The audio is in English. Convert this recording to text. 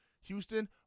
Houston